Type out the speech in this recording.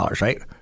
right